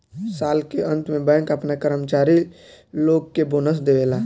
साल के अंत में बैंक आपना कर्मचारी लोग के बोनस देवेला